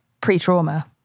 pre-trauma